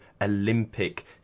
Olympic